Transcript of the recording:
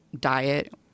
diet